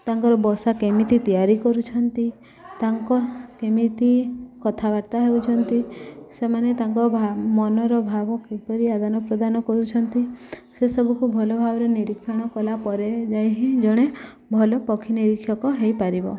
ତାଙ୍କର ବସା କେମିତି ତିଆରି କରୁଛନ୍ତି ତାଙ୍କ କେମିତି କଥାବାର୍ତ୍ତା ହେଉଛନ୍ତି ସେମାନେ ତାଙ୍କ ଭା ମନର ଭାବ କିପରି ଆଦାନ ପ୍ରଦାନ କରୁଛନ୍ତି ସେସବୁକୁ ଭଲ ଭାବରେ ନିରୀକ୍ଷଣ କଲା ପରେ ଯାଇ ହିଁ ଜଣେ ଭଲ ପକ୍ଷୀ ନିରୀକ୍ଷକ ହୋଇପାରିବ